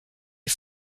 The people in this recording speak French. est